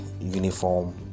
uniform